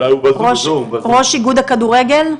ראש איגוד הכדורגל?